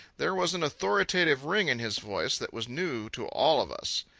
there was an authoritative ring in his voice that was new to all of us.